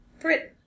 Britain